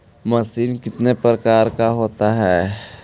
Machine कितने प्रकार का होता है?